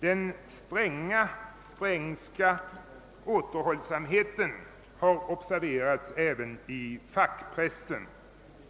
Den stränga Strängska återhållsamheten har observerats även i fackpressen.